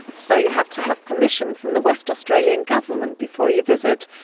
so you have to have permission from the west australian government before you visit.